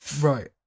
Right